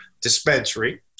dispensary